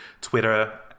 Twitter